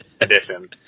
edition